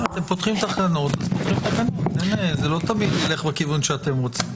אתם פותחים תקנות ולא תמיד זה הולך לכיוון שאתם רוצים.